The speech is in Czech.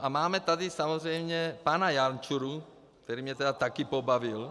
A máme tady samozřejmě pana Jančuru, který mě tedy také pobavil.